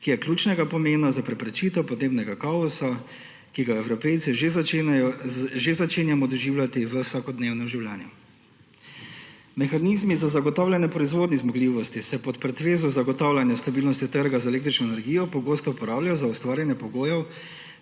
ki je ključnega pomena za preprečitev podnebnega kaosa, ki ga Evropejci že začenjamo doživljati v vsakodnevnem življenju. Mehanizmi za zagotavljanje proizvodnih zmogljivosti se pod pretvezo zagotavljanja stabilnosti trga z električno energijo pogosto uporabljajo za ustvarjanje pogojev